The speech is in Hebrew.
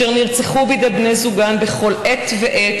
"אשר נרצחו בידי בני זוגן בכל עת ועת